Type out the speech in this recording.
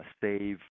save